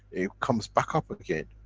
it comes back up again,